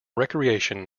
recreation